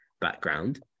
background